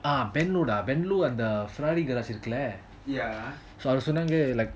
ah ben ben டா அந்த:daa antha ferrari garage இருக்குல்ல அது சொன்னாங்க:irukula athu sonanga